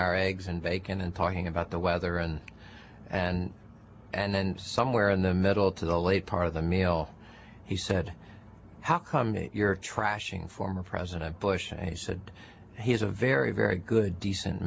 our eggs and bacon and talking about the weather and and and then somewhere in the middle to the late part of the meal he said how come you're trashing former president bush and he said he's a very very good decent